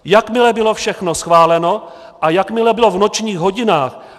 Jakmile bylo všechno schváleno a jakmile bylo v nočních hodinách...